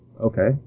Okay